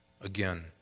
again